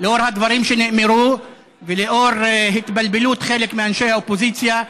לאור הדברים שנאמרו ולאור התבלבלות חלק מאנשי האופוזיציה,